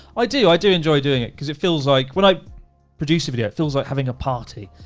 i do. i do enjoy doing it. cause it feels like when i produce a video, it feels like having a party.